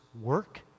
work